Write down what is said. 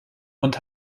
und